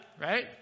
right